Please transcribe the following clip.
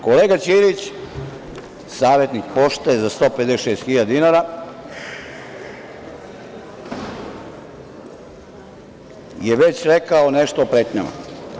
Kolega Ćirić, savetnik Pošte za 156 hiljada dinara, je već rekao nešto o pretnjama.